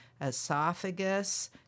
esophagus